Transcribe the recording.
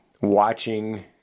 watching